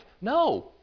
No